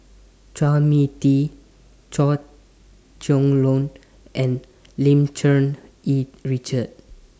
Chua Mia Tee Chua Chong Long and Lim Cherng Yih Richard